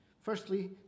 Firstly